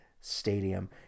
stadium